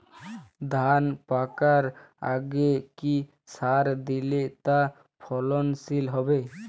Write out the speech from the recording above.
ধান পাকার আগে কি সার দিলে তা ফলনশীল হবে?